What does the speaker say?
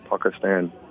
Pakistan